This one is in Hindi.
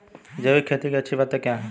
जैविक खेती की अच्छी बातें क्या हैं?